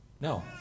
No